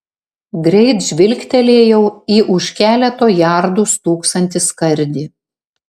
greit žvilgtelėjau į už keleto jardų stūksantį skardį